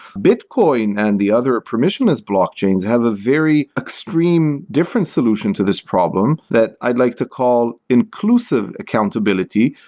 bitcoin and the other permissionless blockchains have a very extreme different solution to this problem that i'd like to call inclusive accountability.